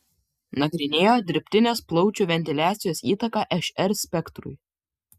nagrinėjo dirbtinės plaučių ventiliacijos įtaką šr spektrui